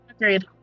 Agreed